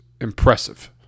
impressive